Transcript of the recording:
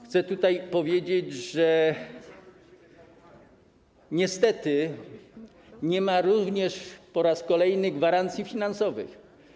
Chcę tutaj powiedzieć, że niestety nie ma tu również, po raz kolejny, gwarancji finansowych.